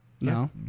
No